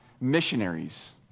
missionaries